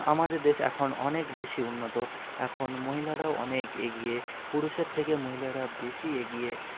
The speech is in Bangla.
আমাদের দেশ এখন অনেক বেশি উন্নত এখন মহিলারাও অনেক এগিয়ে পুরুষের থেকে মহিলারা বেশি এগিয়ে